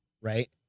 Right